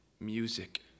Music